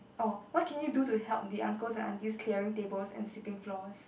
oh what can you do to help the uncles and aunties clearing tables and sweeping floors